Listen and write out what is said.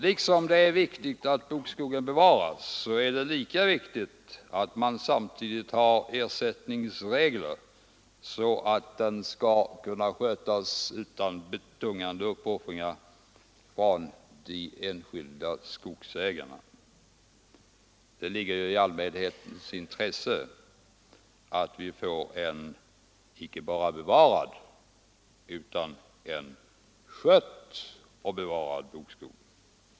Lika viktigt som det är att bokskogen bevaras, lika viktigt är det att man har ersättningsregler, så att skogen kan skötas utan betungande uppoffringar av de enskilda skogsägarna. Det ligger i allmänhetens intresse att vi får en inte bara bevarad utan skött och bevarad bokskog.